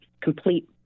complete